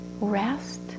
rest